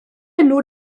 enw